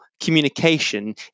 communication